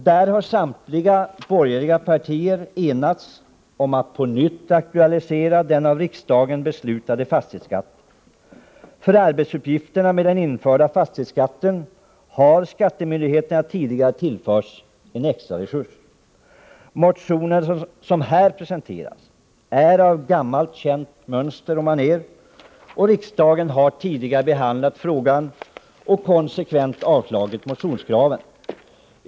Där har samtliga borgerliga partier enats om att på nytt aktualisera den av riksdagen beslutade fastighetsskatten. För arbetsuppgifterna med den införda fastighetsskatten har skattemyndigheterna tidigare tillförts en extra resurs. Motionen som här presenteras följer ett gammalt, känt mönster. Riksdagen har tidigare behandlat och konsekvent avslagit motionskraven.